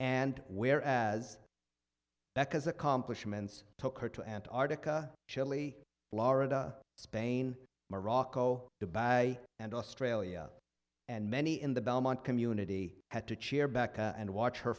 and where as that because accomplishments took her to antartica chile florida spain morocco to buy and australia and many in the belmont community had to cheer back and watch her